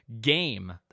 game